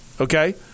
Okay